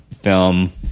film